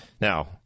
Now